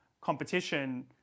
competition